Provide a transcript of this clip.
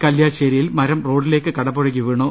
കല്യാശ്ശേരിയിൽ മരം റോഡില്ലേക്ക് കടപുഴകി വീണു